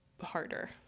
harder